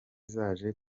zaje